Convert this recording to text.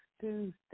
Tuesday